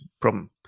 problem